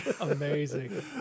amazing